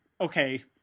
okay